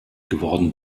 geworden